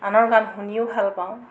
আনৰ গান শুনিও ভাল পাওঁ